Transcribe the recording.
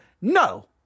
No